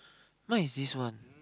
now is this one